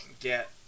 get